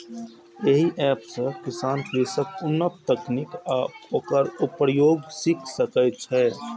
एहि एप सं किसान कृषिक उन्नत तकनीक आ ओकर प्रयोग सीख सकै छै